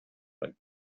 give